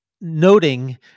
noting